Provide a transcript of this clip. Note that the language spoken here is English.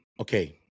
Okay